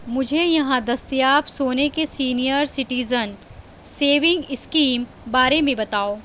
مجھے یہاں دستیاب سونے کے سینئر سٹیزن سیونگ اسکیم بارے میں بتاؤ